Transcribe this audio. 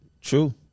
True